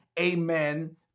amen